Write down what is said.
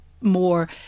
more